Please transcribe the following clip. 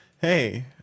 Hey